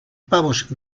pavos